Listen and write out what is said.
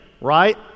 right